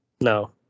no